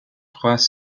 trois